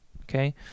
Okay